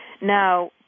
Now